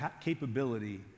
capability